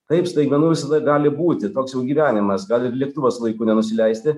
taip staigmenų visada gali būti toks jau gyvenimas gal ir lėktuvas laiku nenusileisti